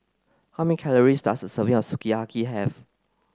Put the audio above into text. how many calories does a serving of Sukiyaki have